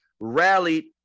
rallied